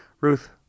Ruth